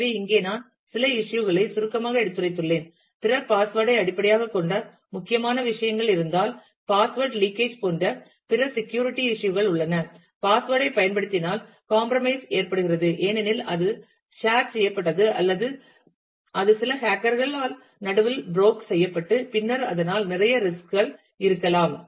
எனவே இங்கே நான் சில இஸ்யூ களைச் சுருக்கமாக எடுத்துரைத்துள்ளேன் பிற பாஸ்வேர்ட் ஐ அடிப்படையாகக் கொண்ட முக்கியமான விஷயங்கள் இருந்தால் பாஸ்வேர்ட் லீக்கேஜ் போன்ற பிற செக்யூரிட்டி இஸ்யூ கள் உள்ளன பாஸ்வேர்ட் ஐ பயன்படுத்தினால் காம்ப்ரமைஸ் ஏற்படுகிறது ஏனெனில் அது சேர் செய்யப்பட்டது அல்லது அது சில ஹேக்கர்களால் நடுவில் பிரோக் செய்யப்பட்டு பின்னர் அதனால் நிறைய ரிஸ்க் கள் இருக்கலாம்